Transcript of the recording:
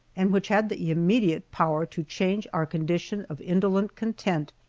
and which had the immediate power to change our condition of indolent content,